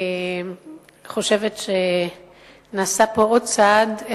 חושבת שנעשה פה עוד צעד,